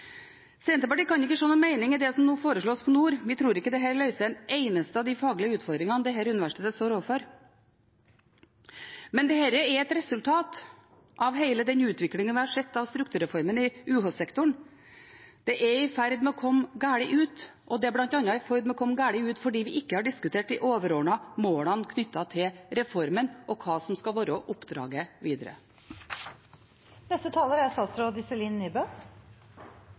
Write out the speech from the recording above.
Senterpartiet kan ikke se noen mening i det som nå foreslås for Nord. Vi tror ikke dette løser en eneste av de faglige utfordringene dette universitetet står overfor. Men dette er et resultat av hele den utviklingen jeg har sett av strukturreformen i UH-sektoren. Det er i ferd med å komme galt ut, og det er bl.a. i ferd med å komme galt ut fordi vi ikke har diskutert de overordnede målene knyttet til reformen og hva som skal være oppdraget